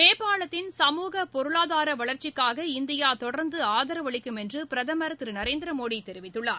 நேபாளத்தின் சமூக பொருளாதார வளர்ச்சிக்காக இந்தியா தொடர்ந்து ஆதரவளிக்கும் என்று பிரதமர் திரு நரேந்திர மோடி தெரிவித்துள்ளார்